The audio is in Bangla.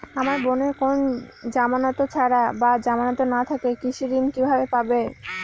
আমার বোনের কোন জামানত ছাড়া বা জামানত না থাকলে কৃষি ঋণ কিভাবে পাবে?